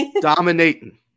Dominating